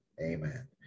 amen